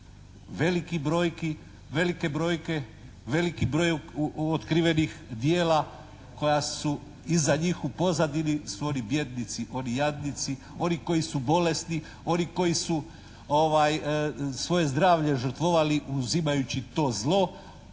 zapravo. Velike brojke, veliki broj otkrivenih djela koja su iza njih u pozadini su oni bijednici, oni jadnici, oni koji su bolesni, oni koji su svoje zdravlje žrtvovali uzimajući to zlo,